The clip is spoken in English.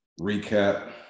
recap